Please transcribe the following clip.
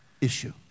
issue